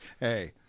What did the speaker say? Hey